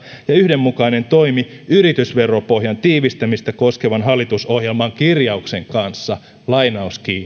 ja yhdenmukainen toimi yritysveropohjan tiivistämistä koskevan hallitusohjelman kirjauksen kanssa